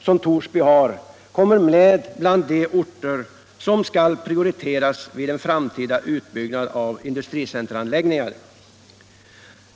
som Torsby har kommer med bland de orter som skall prioriteras i en framtida utbyggnad av industricenteranläggningar.